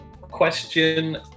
Question